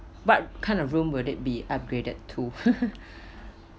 what kind of room will it be upgraded to